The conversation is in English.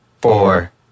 four